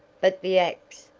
but the ax?